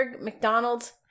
McDonald's